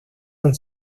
han